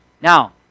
Now